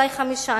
אולי חמישה,